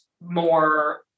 more